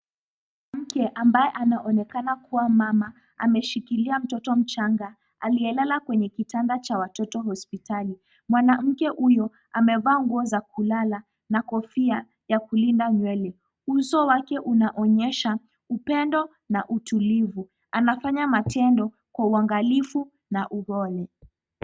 Mke ambaye anaonekana kuwa mama ameshikilia mtoto mchanga aliyelala kwenye kitanda cha watoto hospitali, mwanamke huyu amevaa nguo za kulala na kofia ya kulinda nywele, uso wake unaonyesha upendo na utulivu, anafanya matendo kwa uangalifu na upole.